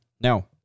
Now